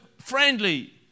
friendly